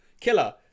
Killer